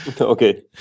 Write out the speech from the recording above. Okay